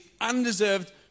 undeserved